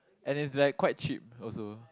and it's like quite cheap also